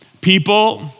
people